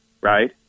right